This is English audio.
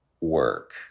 work